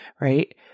right